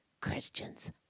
Christians